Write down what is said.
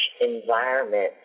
environment